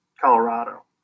Colorado